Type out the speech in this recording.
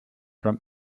from